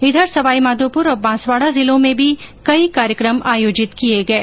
इधर सवाईमाधोपुर और बांसवाडा जिलों में भी कई कार्यक्रम आयोजित किये गये